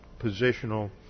positional